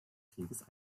krieges